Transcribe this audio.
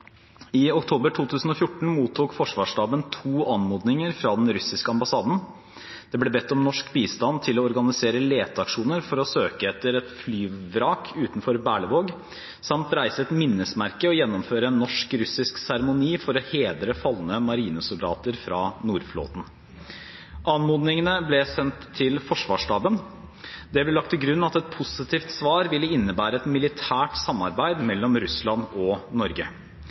I oktober 2014 mottok Forsvarsstaben to anmodninger fra den russiske ambassaden. Det ble bedt om norsk bistand til å organisere leteaksjoner for å søke etter et flyvrak utenfor Berlevåg samt reise et minnesmerke og gjennomføre en norsk-russisk seremoni for å hedre falne marinesoldater fra Nordflåten. Anmodningene ble sendt til Forsvarsstaben. Det ble lagt til grunn at et positivt svar ville innebære et militært samarbeid mellom Russland og Norge.